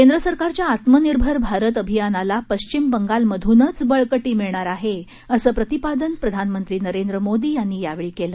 केंद्र सरकारच्या आत्मनिर्भर भारत अभियानाला पश्चीम बंगाल मधूनच बळकटी मिळणार आहे असं प्रतिपादन प्रधानमंत्री नरेंद्र मोदी यांनी यावेळी केलं